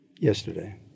yesterday